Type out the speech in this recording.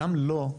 גם לא,